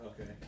Okay